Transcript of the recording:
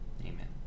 Amen